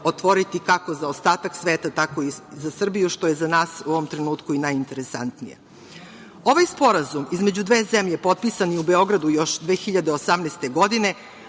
otvoriti kako za ostatak sveta, tako i za Srbiju, što je za nas u ovom trenutku i najinteresantnije. Ovaj sporazum između dve zemlje potpisan je u Beogradu još 2018. godine,